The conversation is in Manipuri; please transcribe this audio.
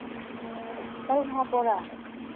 ꯑꯣ ꯇꯔꯨꯛ ꯍꯥꯞꯄꯣꯔꯥ